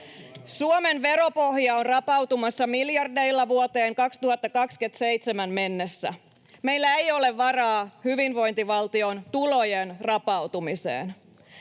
Suomen veropohja on rapautumassa miljardeilla vuoteen 2027 mennessä. Meillä ei ole varaa hyvinvointivaltion tulojen rapautumiseen.